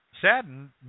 saddened